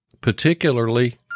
particularly